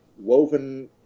woven